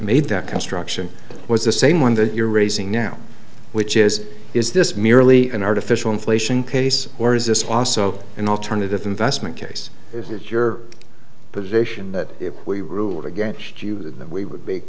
made that construction was the same one that you're raising now which is is this merely an artificial inflation case or is this also an alternative investment case is it your position that if we ruled against you that we would be